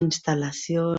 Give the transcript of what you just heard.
instal·lacions